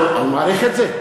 אני מעריך את זה.